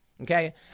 Okay